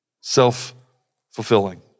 self-fulfilling